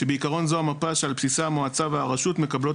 שבעיקרון זו המפה שעל בסיסה המועצה והרשות מקבלות